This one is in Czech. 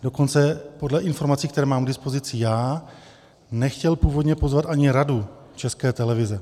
Dokonce podle informací, které mám k dispozici já, nechtěl původně pozvat ani Radu České televize.